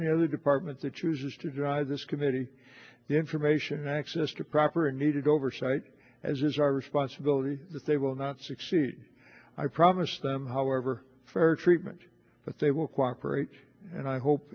the other departments that chooses to drive this committee information access to proper and needed oversight as is our responsibility that they will not succeed i promise them however for treatment but they will cooperate and i hope